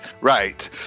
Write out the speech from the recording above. Right